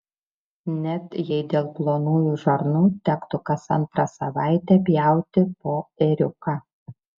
net jei dėl plonųjų žarnų tektų kas antrą savaitę pjauti po ėriuką